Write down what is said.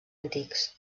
antics